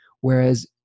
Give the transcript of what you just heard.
whereas